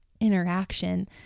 interaction